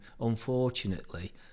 unfortunately